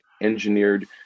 engineered